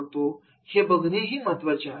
हे ही बघणे महत्त्वाचे आहे